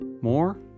More